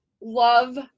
love